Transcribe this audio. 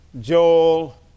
Joel